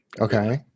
Okay